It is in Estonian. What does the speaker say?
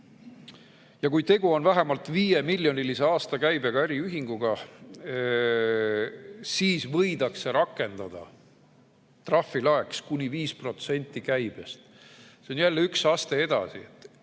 Ja kui tegu on vähemalt 5-miljonilise aastakäibega äriühinguga, siis võidakse rakendada trahvilaeks kuni 5% käibest. See on jälle üks aste edasi.